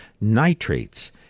nitrates